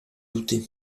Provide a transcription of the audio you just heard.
douter